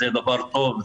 זה דבר טוב,